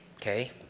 okay